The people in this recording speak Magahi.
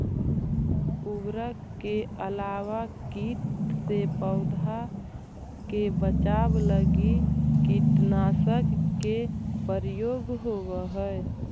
उर्वरक के अलावा कीट से पौधा के बचाव लगी कीटनाशक के प्रयोग होवऽ हई